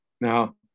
Now